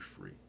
free